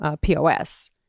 POS